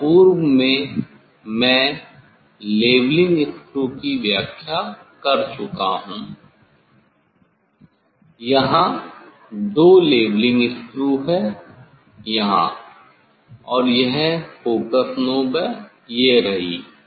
और पूर्व में मैं लेवलिंग स्क्रू की व्याख्या कर चुका हूं यहां दो लेवलिंग स्क्रू है यहां और यह फोकस नाब है यह रही